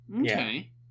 Okay